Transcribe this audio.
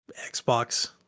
Xbox